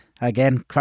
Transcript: again